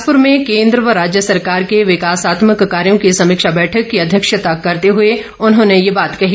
बिलासपुर में केन्द्र व राज्य सरकार के विकासात्मक कार्यो की समीक्षा बैठक की अध्यक्षता करते हुए उन्होंने ये बात कही